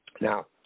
Now